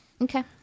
Okay